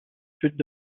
sud